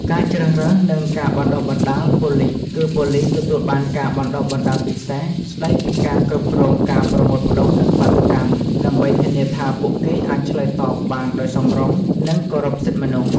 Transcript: ការជ្រើសរើសនិងការបណ្តុះបណ្តាលប៉ូលីសគឺ ប៉ូលីសទទួលបានការបណ្តុះបណ្តាលពិសេសស្តីពីការគ្រប់គ្រងការប្រមូលផ្តុំនិងបាតុកម្ម ដើម្បីធានាថាពួកគេអាចឆ្លើយតបបានដោយសមរម្យ និងគោរពសិទ្ធិមនុស្ស។